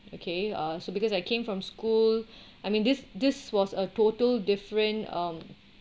okay uh so because I came from school I mean this this was a total different um